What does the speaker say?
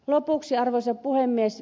lopuksi arvoisa puhemies